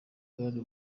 bwari